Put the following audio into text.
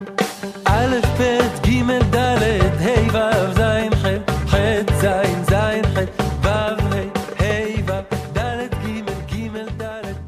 א. ב. ג. ד. ה. ו. ז. ח. ח. ז. ז. ח. ו. ה. ה. ו. ד. ג. ג. ד.